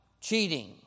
Cheating